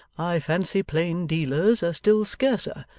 i fancy plain dealers are still scarcer.